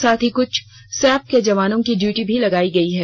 साथ ही कुछ सैप के जवानों की ड्यूटी भी लगाई गई है